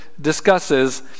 discusses